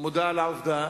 מודע לעובדה